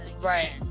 right